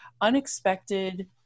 unexpected